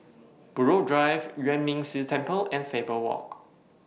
Buroh Drive Yuan Ming Si Temple and Faber Walk